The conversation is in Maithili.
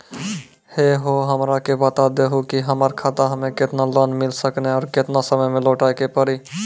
है हो हमरा के बता दहु की हमार खाता हम्मे केतना लोन मिल सकने और केतना समय मैं लौटाए के पड़ी?